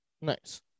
Nice